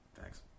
Thanks